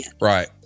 Right